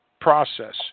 process